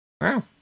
Wow